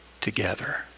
together